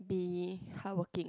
be hardworking